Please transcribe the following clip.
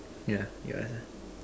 yeah you ask ah